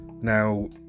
now